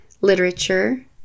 literature